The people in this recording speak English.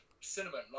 cinnamon